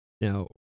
Now